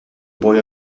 boy